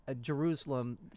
Jerusalem